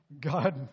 God